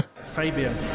Fabian